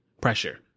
pressure